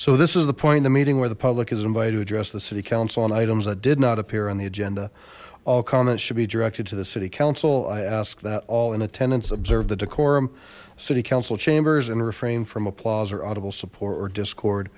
so this is the point the meeting where the public is invited to address the city council on items that did not appear on the agenda all comments should be directed to the city council i ask that all in attendance observe the decorum city council chambers and refrain from applause or audible support or discord